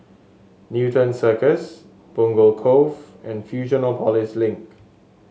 Newton Circus Punggol Cove and Fusionopolis Link